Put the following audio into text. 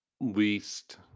least